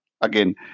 Again